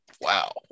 wow